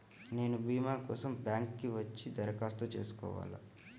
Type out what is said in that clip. నేను భీమా కోసం బ్యాంక్కి వచ్చి దరఖాస్తు చేసుకోవాలా?